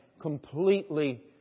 completely